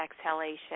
exhalation